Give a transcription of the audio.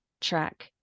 track